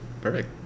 perfect